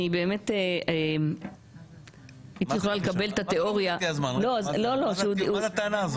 היא מביא עוד דוגמה ועוד דוגמה.